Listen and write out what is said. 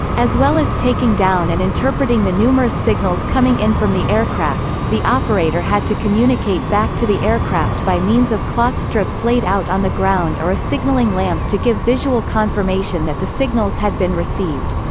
as well as taking down and interpreting the numerous signals coming in from the aircraft, the operator had to communicate back to the aircraft by means of cloth strips laid out on the ground or a signalling lamp to give visual confirmation that the signals had been received.